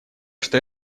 что